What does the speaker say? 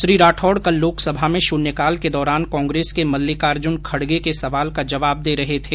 श्री राठौड़ कल लोकसभा में शून्यकाल के दौरान कांग्रेस के मल्लिकार्जुन खड़गे के सवाल का जवाब दे रहे थे